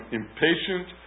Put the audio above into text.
impatient